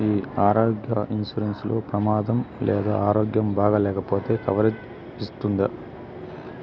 ఈ ఆరోగ్య ఇన్సూరెన్సు లో ప్రమాదం లేదా ఆరోగ్యం బాగాలేకపొతే కవరేజ్ ఇస్తుందా?